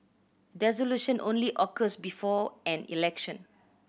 dissolution only occurs before an election